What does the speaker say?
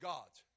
God's